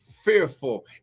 fearful